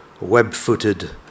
web-footed